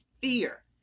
fear